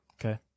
Okay